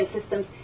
systems